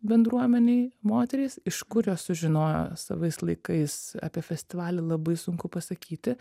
bendruomenei moterys iš kur jos sužinojo savais laikais apie festivalį labai sunku pasakyti